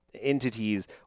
entities